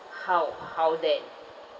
how how then